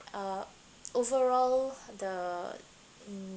uh overall the